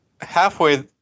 halfway